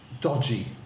dodgy